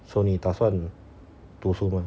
so 你打算读书吗